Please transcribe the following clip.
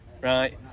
right